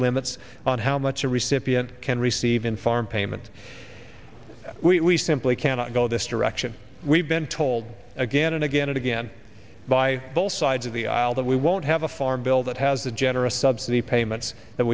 limits on how much a recipient can receive in farm payment we simply cannot go this direction we've been told again and again and again by both sides of the aisle that we won't have a farm bill that has the generous subsidy payments that